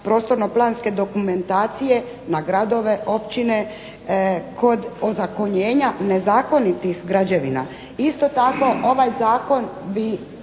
prostorno planske dokumentacije na gradove, općine kod ozakonjenja nezakonitih građevina. Isto tako, ovaj zakon i